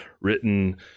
written